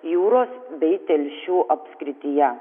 jūros bei telšių apskrityje